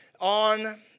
on